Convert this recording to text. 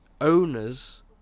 owner's